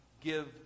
give